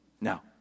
Now